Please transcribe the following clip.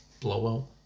blowout